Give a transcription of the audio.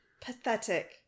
pathetic